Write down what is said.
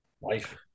life